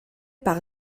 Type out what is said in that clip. par